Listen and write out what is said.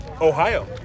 Ohio